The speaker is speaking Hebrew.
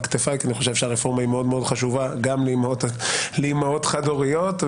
כתפיי כי מדובר ברפורמה מאוד חשובה גם לאימהות חד-הוריות,